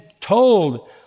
told